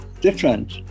different